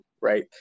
right